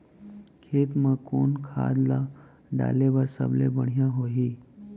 खेत म कोन खाद ला डाले बर सबले बढ़िया होही?